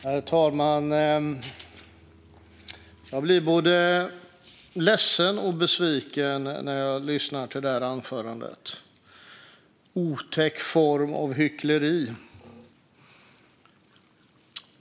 Herr talman! Jag blir både ledsen och besviken när jag lyssnar till det här anförandet - "otäck form av hyckleri".